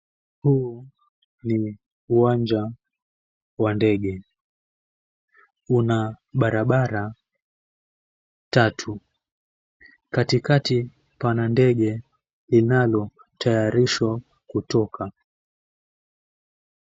Huu ni uwanja wa ndege unabarabara tatu katikati pana ndege linalotayarishwa kutoka.